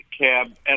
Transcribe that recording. Cab